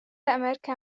أمريكا